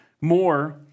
more